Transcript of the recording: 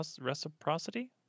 Reciprocity